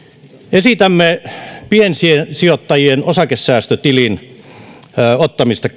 esitämme piensijoittajien osakesäästötilin ottamista